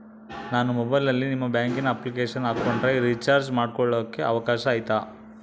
ನಾನು ಮೊಬೈಲಿನಲ್ಲಿ ನಿಮ್ಮ ಬ್ಯಾಂಕಿನ ಅಪ್ಲಿಕೇಶನ್ ಹಾಕೊಂಡ್ರೆ ರೇಚಾರ್ಜ್ ಮಾಡ್ಕೊಳಿಕ್ಕೇ ಅವಕಾಶ ಐತಾ?